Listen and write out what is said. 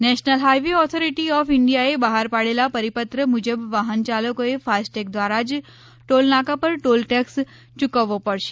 national highway authority of ઇન્ડિયાએ બહારપાડેલા પરિપત્ર મુજબ વાહન ચાલકોએ ફાસ્ટટેગ દ્વારા જ ટોલનાકા પર ટોલ ટેક્સ ચૂકવવો પડશે